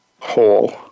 whole